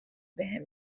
بهم